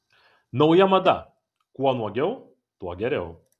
nauja mada kuo nuogiau tuo geriau